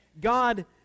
god